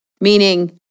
meaning